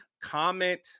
comment